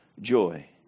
joy